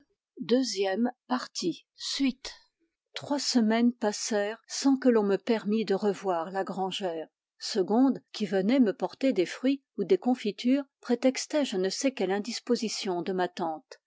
trois semaines passèrent sans que l'on nie permit de revoir la grangère segonde qui venait me porter des fruits ou des confitures prétextait je ne sais quelle indisposition de ma tante